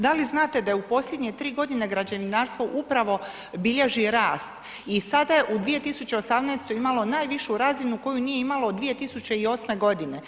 Da li znate da je u posljednje 3 godine građevinarstvo upravo bilježi rast i sada je u 2018. imalo najvišu razinu koju nije imalo od 2008. godine.